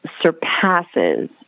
surpasses